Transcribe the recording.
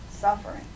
suffering